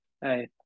Hey